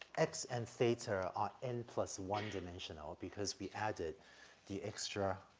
x and theta are n plus one dimensional because we added the extra,